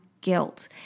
guilt